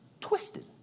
Twisted